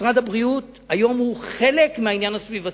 משרד הבריאות הוא היום חלק מהעניין הסביבתי.